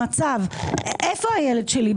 זהו המצב איפה הילד שלי?